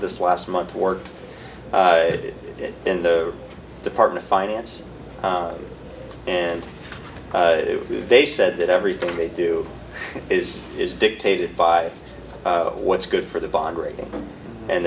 this last month worked in the department finance and they said that everything they do is is dictated by what's good for the bond rating